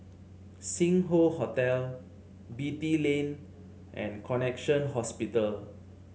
Sing Hoe Hotel Beatty Lane and Connexion Hospital